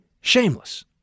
shameless